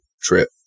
trip